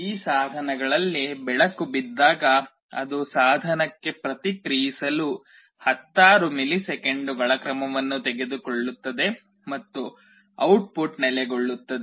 ಈ ಸಾಧನಗಳಲ್ಲಿ ಬೆಳಕು ಬಿದ್ದಾಗ ಅದು ಸಾಧನಕ್ಕೆ ಪ್ರತಿಕ್ರಿಯಿಸಲು ಹತ್ತಾರು ಮಿಲಿಸೆಕೆಂಡುಗಳ ಕ್ರಮವನ್ನು ತೆಗೆದುಕೊಳ್ಳುತ್ತದೆ ಮತ್ತು ಔಟ್ಪುಟ್ ನೆಲೆಗೊಳ್ಳುತ್ತದೆ